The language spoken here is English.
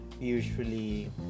Usually